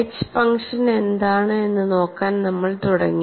H function എന്താണ് എന്ന് നോക്കാൻ നമ്മൾ തുടങ്ങി